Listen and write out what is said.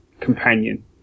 companion